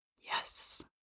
Yes